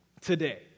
today